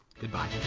Goodbye